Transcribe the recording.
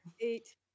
Eight